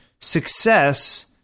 success